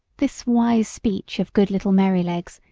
this wise speech of good little merrylegs,